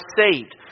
saved